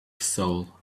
soul